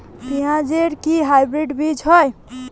পেঁয়াজ এর কি হাইব্রিড বীজ হয়?